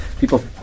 People